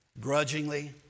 grudgingly